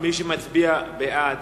מי שמצביע בעד,